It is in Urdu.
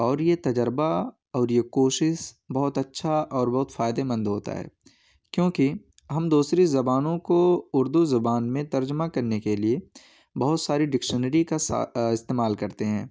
اور یہ تجربہ اور یہ کوشش بہت اچھا اور بہت فائدہ مند ہوتا ہے کیونکہ ہم دوسری زبانوں کو اردو زبان میں ترجمہ کرنے کے لیے بہت ساری ڈکشنری کا استعمال کرتے ہیں